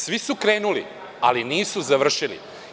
Svi su krenuli, ali nisu završili.